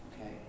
okay